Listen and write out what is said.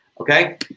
Okay